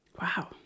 Wow